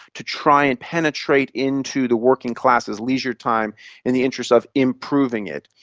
to try and penetrate into the working classes' leisure time in the interest of improving it.